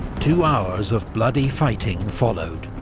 two hours of bloody fighting followed.